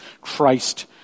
Christ